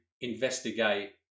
investigate